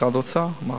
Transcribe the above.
משרד האוצר, אמרתי.